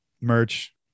merch